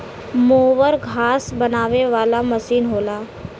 mower घास बनावे वाला मसीन होला